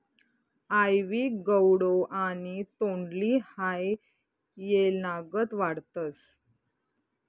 आइवी gourd आणि तोंडली हाई येलनागत वाढतस